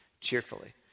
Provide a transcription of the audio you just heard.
cheerfully